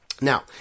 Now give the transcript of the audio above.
Now